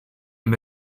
and